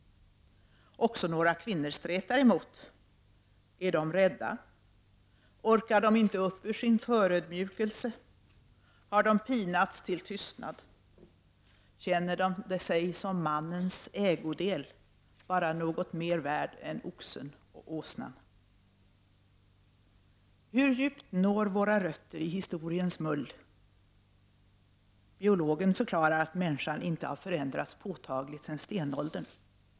Också några kvinnor stretar emot. Är de rädda, orkar de inte upp ur sin förödmjukelse? Har de pinats till tystnad? Känner de sig som mannens ägodel, bara något mer värd än oxen och åsnan? Hur djupt når våra rötter i historiens mull? Biologen förklarar att människan inte har förändrats påtagligt sedan stenåldern.